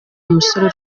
musore